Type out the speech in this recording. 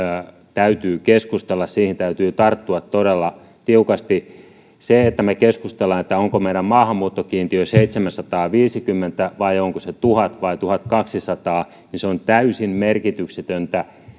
täytyy keskustella siihen täytyy tarttua todella tiukasti se että me keskustelemme onko meidän maahanmuuttokiintiömme seitsemänsataaviisikymmentä vai onko se tuhat vai tuhatkaksisataa on täysin merkityksetöntä